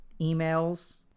emails